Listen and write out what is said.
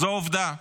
זאת עובדה.